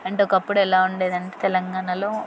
and ఒకప్పుడు ఎలా ఉండేదంటే తెలంగాణలో